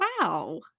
Wow